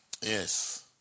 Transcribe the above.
Yes